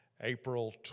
April